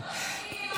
גם אני אומר